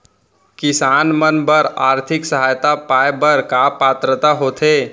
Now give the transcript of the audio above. किसान मन बर आर्थिक सहायता पाय बर का पात्रता होथे?